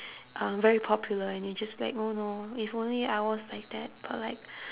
um very popular and you just like oh no if only I was like that but like